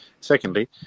Secondly